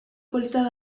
politak